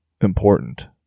important